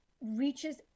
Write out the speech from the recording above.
reaches